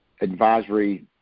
advisory